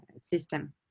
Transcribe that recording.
system